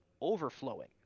overflowing